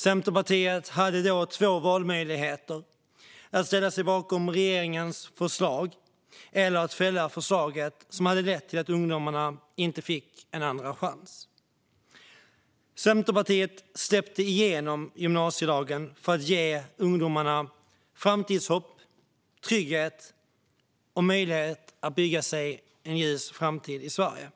Centerpartiet hade då två valmöjligheter: att ställa sig bakom regeringens förslag eller att fälla förslaget, vilket hade lett till att ungdomarna inte fick en andra chans. Centerpartiet släppte igenom gymnasielagen för att ge ungdomarna framtidshopp, trygghet och möjlighet att bygga sig en ljus framtid i Sverige.